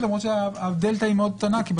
--- למרות הדלתא היא מאוד קטנה כל